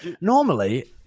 Normally